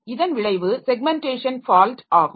இதன் விளைவு segmentation fault ஆகும்